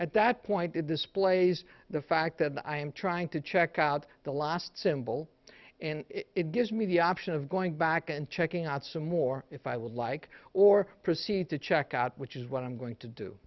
at that point it displays the fact that i am trying to check out the last symbol and it gives me the option of going back and checking out some more if i would like or proceed to check out which is what i'm going to do